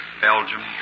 Belgium